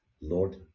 Lord